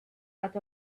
out